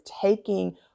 taking